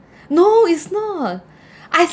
no it's not I